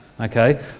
Okay